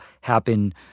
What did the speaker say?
happen